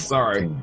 Sorry